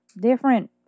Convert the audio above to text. different